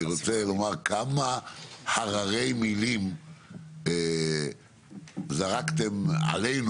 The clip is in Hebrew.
אני רוצה לומר כמה הררי מילים זרקתם עלינו